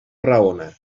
raona